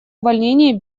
увольнении